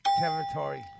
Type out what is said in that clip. territory